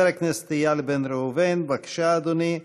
חבר הכנסת איל בן ראובן, בבקשה, אדוני.